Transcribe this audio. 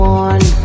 one